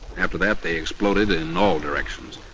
after that they exploded in all directions.